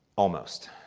almost.